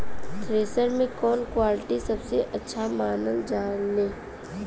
Thresher के कवन quality सबसे अच्छा मानल जाले?